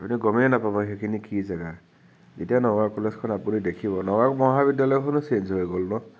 আনি গমেই নাপাব সেইখিনি কি জেগা যেতিয়া নগাওঁ কলেজখন আপুনি দেখিব নগাওঁ মহাবিদ্যালয়খনো ছেইঞ্জ হৈ গ'ল ন